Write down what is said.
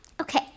Okay